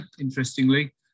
interestingly